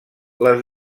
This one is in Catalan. les